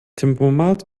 tempomat